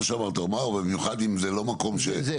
מה שאמרת או במיוחד אם זה לא מקום --- במושע